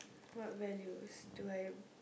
what values do I